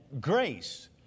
grace